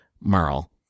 Merle